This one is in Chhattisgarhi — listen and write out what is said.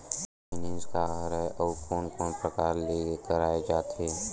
फाइनेंस का हरय आऊ कोन कोन प्रकार ले कराये जाथे?